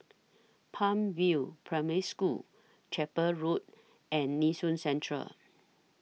Palm View Primary School Chapel Road and Nee Soon Central